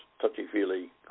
touchy-feely